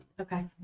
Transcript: Okay